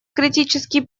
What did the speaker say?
критический